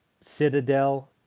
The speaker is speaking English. Citadel